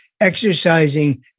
exercising